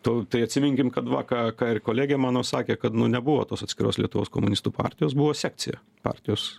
tu tai atsiminkim kad va ką ką ir kolegė mano sakė kad nebuvo tos atskiros lietuvos komunistų partijos buvo sekcija partijos